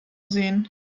sehen